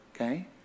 Okay